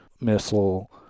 missile